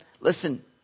listen